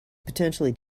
potentially